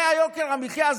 זה יוקר המחיה?